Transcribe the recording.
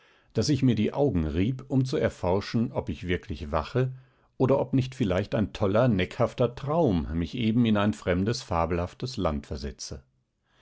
daß ich mir die augen rieb um zu erforschen ob ich wirklich wache oder ob nicht vielleicht ein toller neckhafter traum mich eben in ein fremdes fabelhaftes land versetze